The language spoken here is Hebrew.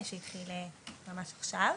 שהתחיל ממש עכשיו.